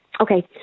Okay